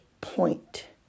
point